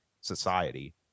society